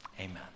amen